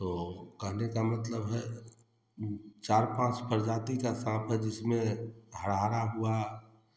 तो कहने का मतलब है चार पाँच प्रजाति का साँप है जिसमें हरहारा हुआ